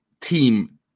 team